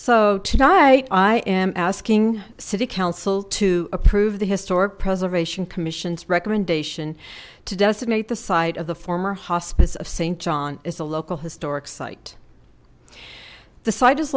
so tonight i am asking city council to approve the historic preservation commission's recommendation to designate the site of the former hospice of saint john is a local historic site the site is